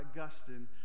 Augustine